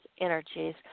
energies